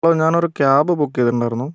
ഇപ്പോൾ ഞാനൊരു cab book ചെയ്തിട്ടുണ്ടായിരുന്നു